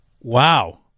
Wow